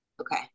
Okay